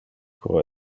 pro